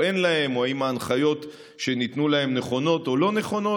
אין להם או אם ההנחיות שניתנו להם נכונות או לא נכונות,